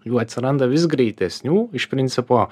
jų atsiranda vis greitesnių iš principo